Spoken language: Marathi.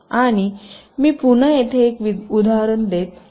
आणि मी पुन्हा इथे एक उदाहरण देत आहे